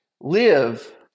live